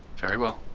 very well